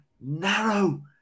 narrow